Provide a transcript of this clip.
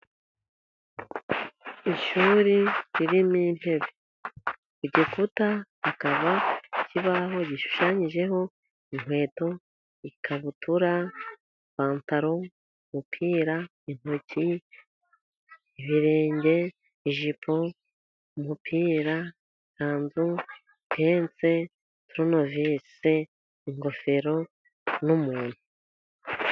Ishuri ririmo intebe, ku gikuta hakaba kibaho gishushanyijeho inkweto, ikabutura, ipantaro, umupira, intoki, ibirenge, ijipo, umupira, ikanzu, pense, toronovise, ingofero n'umuntu.